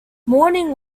morning